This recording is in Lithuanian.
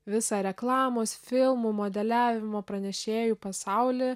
visą reklamos filmų modeliavimo pranešėjų pasaulį